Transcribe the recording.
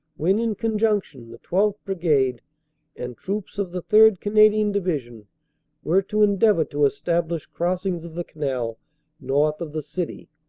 when, in con junction, the twelfth. brigade and troops of the third. canadian division were to endeavor to establish crossings of the canal north of the city.